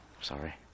Sorry